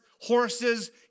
horses